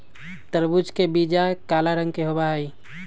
तरबूज के बीचा काला रंग के होबा हई